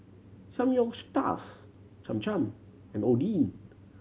Cham Cham and Oden